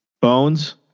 Bones